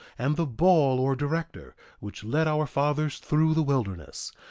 and the ball or director, which led our fathers through the wilderness,